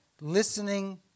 listening